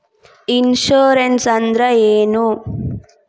Insurance ಅಂದ್ರ ಏನು?